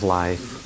life